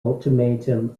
ultimatum